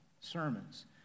sermons